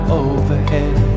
overhead